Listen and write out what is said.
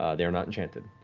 ah they're not enchanted,